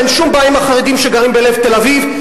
ואין שום בעיה עם החרדים שגרים בלב תל-אביב,